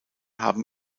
haben